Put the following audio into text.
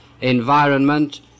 environment